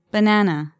Banana